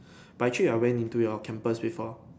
but actually I went into your campus before